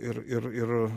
ir ir ir